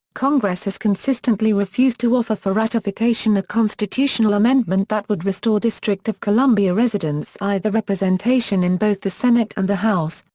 congress has consistently refused to offer for ratification a constitutional amendment that would restore district of columbia residents either representation in both the senate and the house,